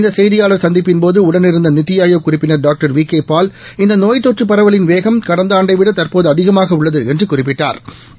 இந்த செய்தியாளா் சந்திப்பின்போது உடனிருந்த நித்தி ஆயோக் உறுப்பினர் டாக்டர் வி கே பால் அநடா நோய் தொற்று பரவலின் வேகம் கடந்த ஆண்எடவிட தற்போது அதிகமாக உள்ளது என்று குறிப்பிட்டா்